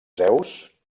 zeus